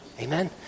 Amen